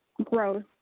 growth